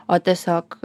o tiesiog